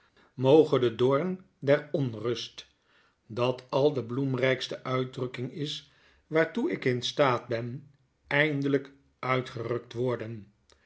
moge de doom der onrust dat al de bloemrykste uitdrukking is waartoe ik in staat ben eindelyk uitgerukt worden